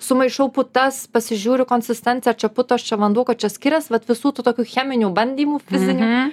sumaišau putas pasižiūriu konsistenciją ar čia putos čia vanduo kuo čia skirias vat visų tų tokių cheminių bandymų fizinių